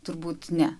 turbūt ne